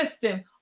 system